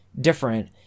different